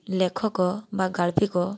ଲେଖକ ବା ଗାଳ୍ପିକ